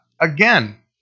again